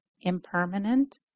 impermanent